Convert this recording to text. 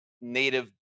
native